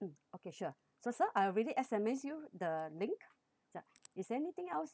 mm okay sure so sir I already S_M_S you the link sir is there anything else